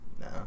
No